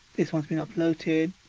this one has been uploaded.